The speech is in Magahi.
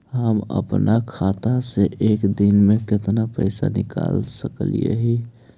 हम अपन खाता से एक दिन में कितना पैसा निकाल सक हिय?